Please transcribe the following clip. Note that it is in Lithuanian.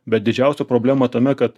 bet didžiausia problema tame kad